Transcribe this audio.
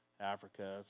Africa